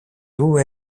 του